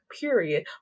period